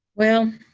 well,